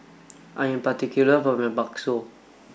I am particular about my Bakso